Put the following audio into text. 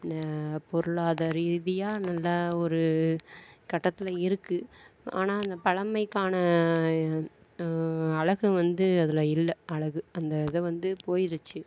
பொருளாதார ரீதியாக நல்ல ஒரு கட்டத்தில் இருக்கு ஆனால் அந்த பழமைக்கான அழகு வந்து அதில் இல்லை அழகு அந்த இது வந்து போய்ருச்சு